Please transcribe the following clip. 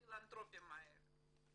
הפילנתרופים האלה?